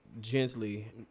gently